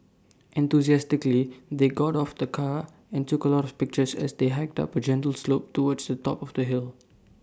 enthusiastically they got of the car and took A lot of pictures as they hiked up A gentle slope towards the top of the hill